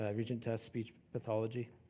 ah regent tuss, speech pathology.